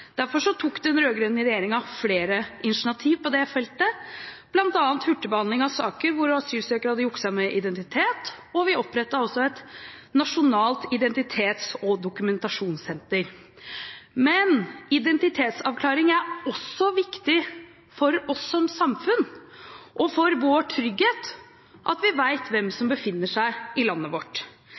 Derfor tok den rød-grønne regjeringen flere initiativ på det feltet, bl.a. hurtigbehandling av saker hvor asylsøkere hadde jukset med identitet, og vi opprettet også et nasjonalt identitets- og dokumentasjonssenter. Men identitetsavklaring er også viktig for oss som samfunn og for vår trygghet – at vi vet hvem som befinner seg i landet vårt.